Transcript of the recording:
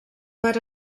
per